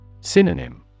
Synonym